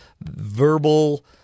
verbal